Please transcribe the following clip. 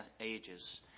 ages